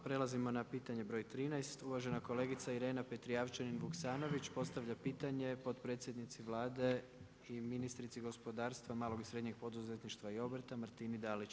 Prelazimo na pitanje broj 13. uvažena kolegica Irena Petrijevčanin Vuksanović postavlja pitanje potpredsjednici Vlade i ministrici gospodarstva malog i srednjeg poduzetništva i obrta Martini Dalić.